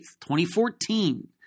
2014